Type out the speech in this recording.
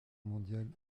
mondiale